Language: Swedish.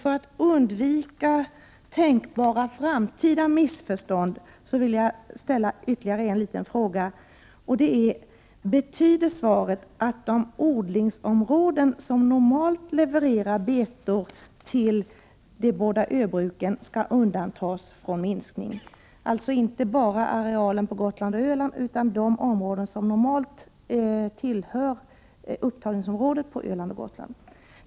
För att undvika framtida missförstånd vill jag ställa ytterligare en fråga. Betyder svaret att de odlingsområden från vilka det normalt levereras betor till de båda öbruken skall undantas från minskningen, dvs. inte bara arealen på Gotland och Öland utan de områden som normalt tillhör upptagningsom 1 rådet på Öland och Gotland?